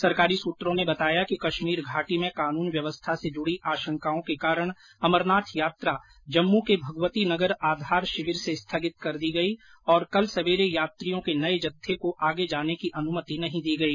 सरकारी सूत्रों ने आकाशवाणी को बताया कि कश्मीर घाटी में कानून व्यवस्था से जुड़ी आशंकाओं के कारण अमरनाथ यात्रा जम्मू के भगवती नगर आधार शिविर से स्थगित कर दी गई और कल सवेरे यात्रियों के नए जत्थे को आगे जाने की अनुमति नहीं दी गई